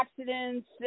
accidents